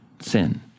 sin